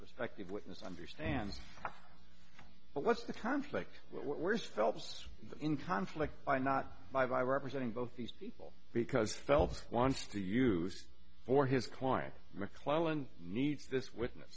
prospective witness understand but what's the conflict what we're selves in conflict by not by by representing both these people because phelps wants to use for his client mcclellan needs this witness